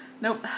Nope